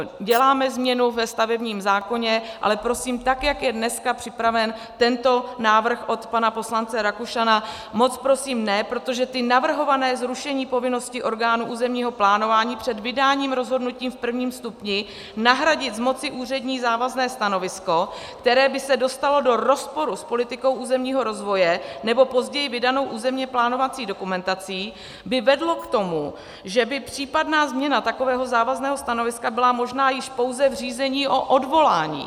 Děláme změnu ve stavebním zákoně, ale prosím, tak jak je dneska připraven tento návrh od pana poslance Rakušana, moc prosím, ne, protože to navrhované zrušení povinnosti orgánů územního plánování před vydáním rozhodnutí v prvním stupni nahradit z moci úřední závazné stanovisko, které by se dostalo do rozporu s politikou územního rozvoje nebo později vydanou územně plánovací dokumentací, by vedlo k tomu, že by případná změna takového závazného stanoviska byla možná již pouze v řízení o odvolání.